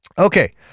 Okay